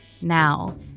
now